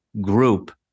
group